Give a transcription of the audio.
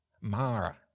Mara